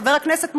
חבר הכנסת מוזס: